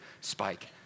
spike